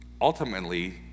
Ultimately